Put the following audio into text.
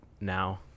now